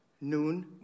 noon